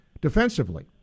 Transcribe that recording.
defensively